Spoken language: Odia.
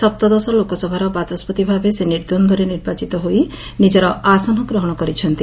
ସପ୍ତଦଶ ଲୋକସଭାର ବାଚସ୍ତି ଭାବେ ସେ ନିଦ୍ୱର୍ଘ୍ୱରେ ନିର୍ବାଚିତ ହୋଇ ନିଜର ଆସନ ଗ୍ରହଶ କରିଛନ୍ତି